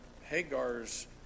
Hagar's